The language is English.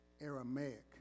Aramaic